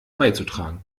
beizutragen